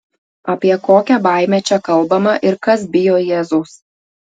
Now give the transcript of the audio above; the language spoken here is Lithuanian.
apie kokią baimę čia kalbama ir kas bijo jėzaus